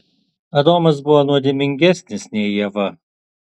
adomas buvo nuodėmingesnis nei ieva